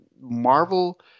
Marvel